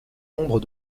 nombre